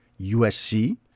USC